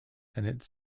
senate